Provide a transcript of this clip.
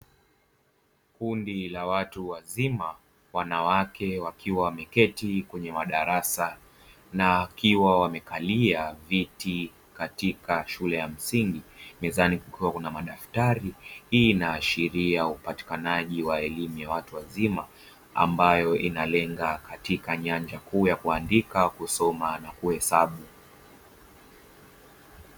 Kundi la watu wazima wanawake wakiwa wameketi kwenye madarasa na wakiwa wamekalia viti katika shule ya msingi mezani kukiwa kuna madafttari, hii inaashiria upatikanaji wa elimu ya watu wazima ambayo inalenga katika nyanja kuu ya kuandika, kusoma na kuhesabu.